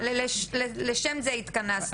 אז לשם זה התכנסנו כאן היום.